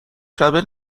شبه